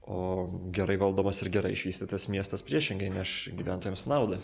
o gerai valdomas ir gerai išvystytas miestas priešingai neš gyventojams naudą